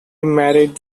married